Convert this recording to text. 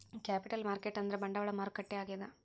capital market ಅಂದ್ರ ಬಂಡವಾಳ ಮಾರುಕಟ್ಟೆ ಆಗ್ಯಾದ